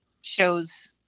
shows